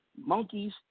monkeys